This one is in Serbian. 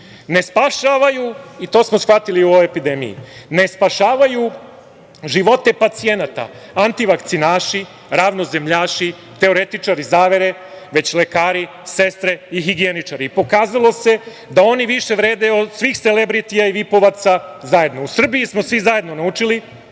Ne spašavaju i to smo shvatili u ovoj epidemiji, ne spašavaju živote pacijenata antivakcinaši, ravnozemljaši, teoretičari zavere, već lekari, sestre i higijenirači i pokazalo se da oni više vrede od svih selebritija i vipovaca zajedno. U Srbiji smo svi zajedno naučili,